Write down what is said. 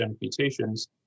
mutations